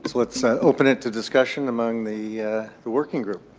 so let's ah open it to discussion among the the working group.